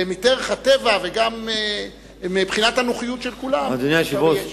ומדרך הטבע וגם מבחינת הנוחיות של כולם שזה גם יהיה שם?